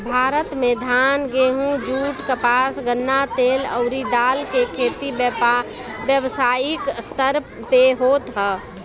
भारत में धान, गेंहू, जुट, कपास, गन्ना, तेल अउरी दाल के खेती व्यावसायिक स्तर पे होत ह